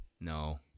No